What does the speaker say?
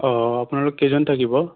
অঁ আপোনালোক কেইজন থাকিব